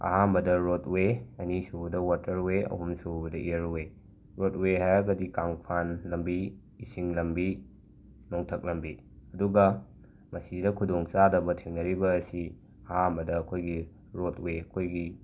ꯑꯍꯥꯝꯕꯗ ꯔꯣꯠꯋꯦ ꯑꯅꯤꯁꯨꯕꯗ ꯋꯥꯇꯔꯋꯦ ꯑꯍꯨꯝꯁꯨꯕꯗ ꯏꯌꯔꯋꯦ ꯔꯣꯠꯋꯦ ꯍꯥꯏꯔꯒꯗꯤ ꯀꯥꯡꯐꯥꯟ ꯂꯝꯕꯤ ꯏꯁꯤꯡ ꯂꯝꯕꯤ ꯅꯣꯡꯊꯛ ꯂꯝꯕꯤ ꯑꯗꯨꯒ ꯃꯁꯤꯗ ꯈꯨꯗꯣꯡꯆꯥꯗꯕ ꯊꯦꯡꯅꯔꯤꯕꯁꯤ ꯑꯍꯥꯝꯕꯗ ꯑꯩꯈꯣꯏꯒꯤ ꯔꯣꯠꯋꯦ ꯑꯩꯈꯣꯏꯒꯤ